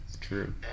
True